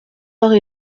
heures